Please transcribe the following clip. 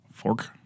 fork